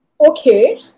okay